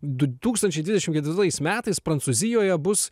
du tūkstančiai dvidešim ketvirtais metais prancūzijoje bus